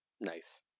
Nice